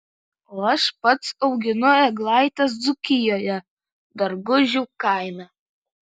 o aš pats auginu eglaites dzūkijoje dargužių kaime